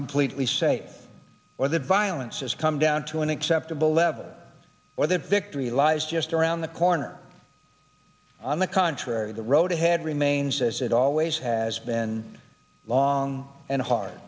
completely say where the violence has come down to an acceptable level where the victory lies just around the corner on the contrary the road ahead remains as it always has been long and hard